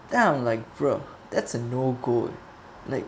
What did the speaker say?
then I'm like bro that's a no go